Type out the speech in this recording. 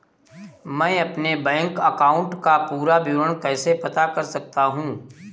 मैं अपने bank account का पूरा विवरण कैसे पता कर सकता हूँ?